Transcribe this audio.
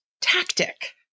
tactic